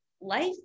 life